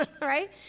right